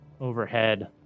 overhead